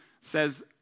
says